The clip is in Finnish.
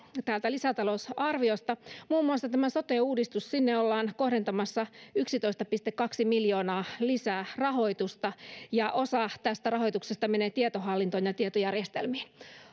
täältä lisätalousarviosta muun muassa tämän sote uudistuksen sinne ollaan kohdentamassa yksitoista pilkku kaksi miljoonaa lisää rahoitusta ja osa tästä rahoituksesta menee tietohallintoon ja tietojärjestelmiin